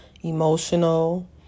emotional